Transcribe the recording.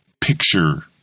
picture